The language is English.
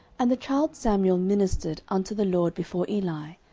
and the child samuel ministered unto the lord before eli.